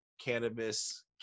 cannabis